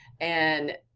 and,